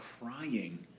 crying